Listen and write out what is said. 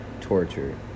torture